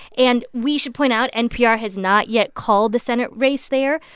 and we should point out npr has not yet called the senate race there.